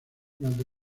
durante